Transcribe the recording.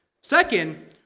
Second